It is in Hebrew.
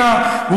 למסגד אל-אקצא.